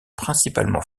principalement